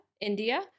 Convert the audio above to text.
India